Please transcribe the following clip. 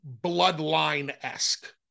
Bloodline-esque